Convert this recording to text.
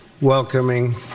welcoming